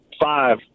five